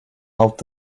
out